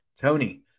Tony